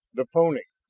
the pony!